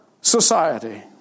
society